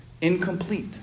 incomplete